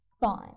Fine